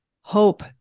hope